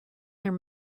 their